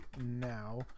now